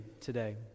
today